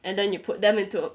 and then you put them into